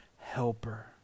helper